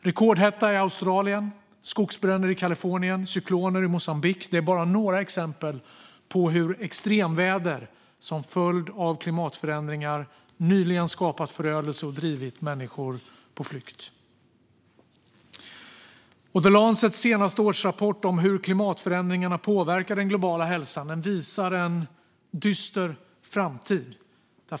Rekordhetta i Australien, skogsbränder i Kalifornien och cykloner i Moçambique är bara några exempel på hur extremväder som följd av klimatförändringar nyligen har skapat förödelse och drivit människor på flykt. The Lancets senaste årsrapport om hur klimatförändringarna påverkar den globala hälsan visar en dyster framtid.